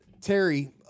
Terry